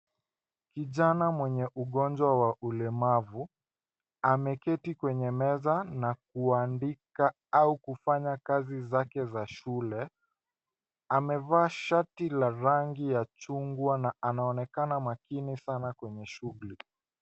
Kijana mwenye ugonjwa wa ulemavu, ameketi kwenye meza na kuandika au kufanya kazi zake za shule. Amevaa shati la rangi ya chungwa na anaonekana makini sana kwenye shughuli.